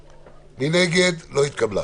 הרוויזיה לא התקבלה.